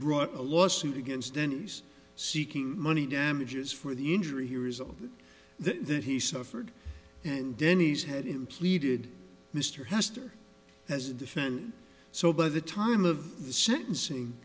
brought a lawsuit against denny's seeking money damages for the injury he resulted that he suffered and denny's had him pleaded mr hester has defended so by the time of the sentencing